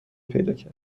پیداکرد